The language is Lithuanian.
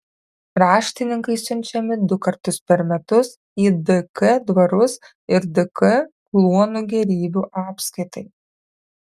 raštininkai siunčiami du kartus per metus į dk dvarus ir dk kluonų gėrybių apskaitai